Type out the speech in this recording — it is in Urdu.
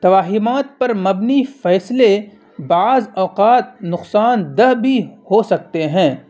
توہمات پر مبنی فیصلے بعض اوقات نقصان دہ بھی ہو سکتے ہیں